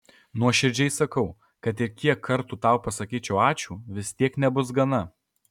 nuoširdžiai sakau kad ir kiek kartų tau pasakyčiau ačiū vis tiek nebus gana